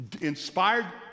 Inspired